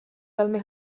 velmi